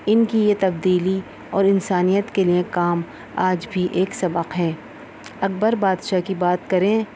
ان کی یہ تبدیلی اور انسانیت کے لیے کام آج بھی ایک سبق ہے اکبر بادشاہ کی بات کریں